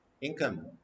income